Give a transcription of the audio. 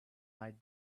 lied